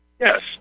Yes